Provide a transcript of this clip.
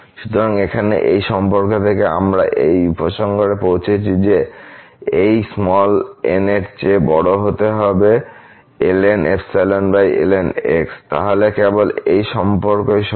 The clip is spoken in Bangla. সুতরাং এখানে এই সম্পর্ক থেকে আমরা এই উপসংহারে পৌঁছেছি যে এই n এর চেয়ে বড় হতে হবে ln ln x তাহলে কেবল এই সম্পর্কই সত্য